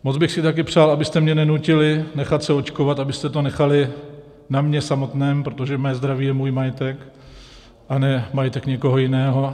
Moc bych si také přál, abyste mě nenutili nechat se očkovat, abyste to nechali na mně samotném, protože mé zdraví je můj majetek a ne majetek někoho jiného.